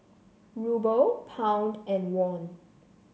Ruble Pound and Won